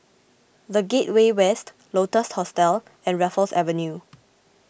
the Gateway West Lotus Hostel and Raffles Avenue